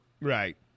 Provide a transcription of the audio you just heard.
Right